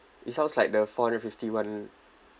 it sounds like the four hundred fifty [one]